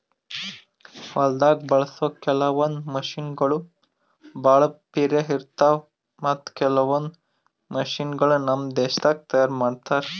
ಹೊಲ್ದಾಗ ಬಳಸೋ ಕೆಲವೊಂದ್ ಮಷಿನಗೋಳ್ ಭಾಳ್ ಪಿರೆ ಇರ್ತಾವ ಮತ್ತ್ ಕೆಲವೊಂದ್ ಮಷಿನಗೋಳ್ ನಮ್ ದೇಶದಾಗೆ ತಯಾರ್ ಮಾಡ್ತಾರಾ